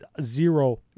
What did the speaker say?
zero